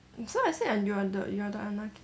so I say [what] you are the you are the unlucky